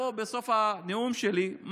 בסוף הנאום שלי,